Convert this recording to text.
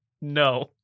No